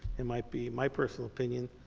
it might be, my personal opinion,